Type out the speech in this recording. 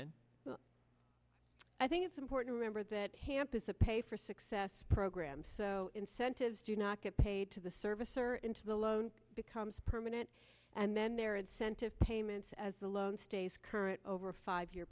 in i think it's important remember that hamp is a pay for success program so incentives do not get paid to the service or into the loan becomes permanent and then their incentive payments as the loan stays current over a five year